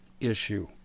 issue